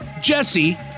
Jesse